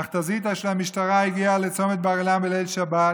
מכת"זית של המשטרה הגיעה לצומת בר אילן בליל שבת.